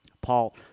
Paul